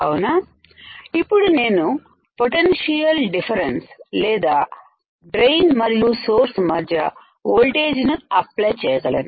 అవునా ఇప్పుడు నేను పొటెన్షియల్ డిఫరెన్స్ లేదా డ్రైన్ మరియు సోర్స్ మధ్య ఓల్టేజ్ ను అప్లై చేయగలను